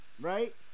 right